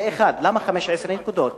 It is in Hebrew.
זה דבר אחד, למה 15 נקודות?